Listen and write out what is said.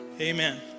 amen